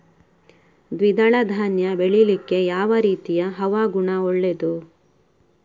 ದ್ವಿದಳ ಧಾನ್ಯ ಬೆಳೀಲಿಕ್ಕೆ ಯಾವ ರೀತಿಯ ಹವಾಗುಣ ಒಳ್ಳೆದು?